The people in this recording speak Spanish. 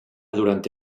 durante